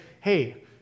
hey